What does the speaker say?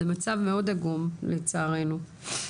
מצב מאוד עגום, לצערנו.